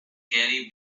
gary